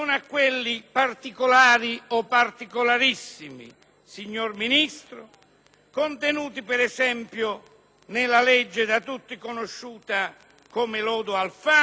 contenuti per esempio nella legge da tutti conosciuta come lodo Alfano - che l'Italia dei Valori ha chiesto agli italiani di abrogare